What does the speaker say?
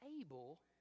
able